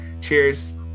cheers